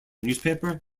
newspaper